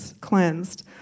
cleansed